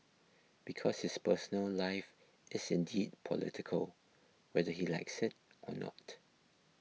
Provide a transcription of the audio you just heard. because his personal life is indeed political whether he likes it or not